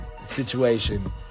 situation